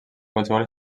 qualsevol